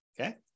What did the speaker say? Okay